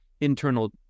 internal